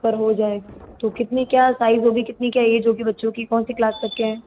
पर हो जाएगा तो कितनी क्या साइज होगी कितनी क्या एज होगी बच्चों की कौन सी क्लास तक के हैं